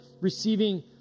receiving